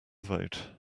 vote